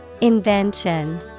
Invention